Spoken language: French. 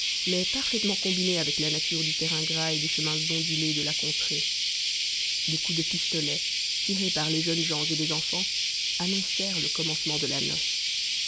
mais parfaitement combiné avec la nature du terrain gras et des chemins ondulés de la contrée des coups de pistolet tirés par les jeunes gens et les enfants annoncèrent le commencement de la noce